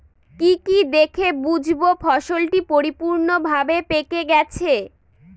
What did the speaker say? কি কি দেখে বুঝব ফসলটি পরিপূর্ণভাবে পেকে গেছে?